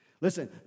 Listen